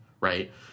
Right